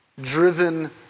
driven